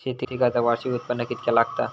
शेती कर्जाक वार्षिक उत्पन्न कितक्या लागता?